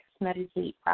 meditate